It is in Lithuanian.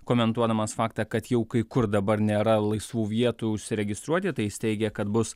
komentuodamas faktą kad jau kai kur dabar nėra laisvų vietų užsiregistruoti tai jis teigė kad bus